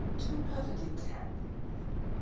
to be perfectly candid with you,